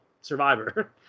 survivor